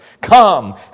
come